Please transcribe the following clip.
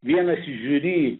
vienas iš žiuri